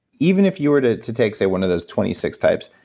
even if you were to to take, say, one of those twenty six types,